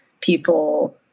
people